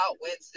Wednesday